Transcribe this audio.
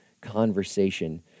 conversation